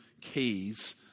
keys